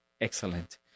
Excellent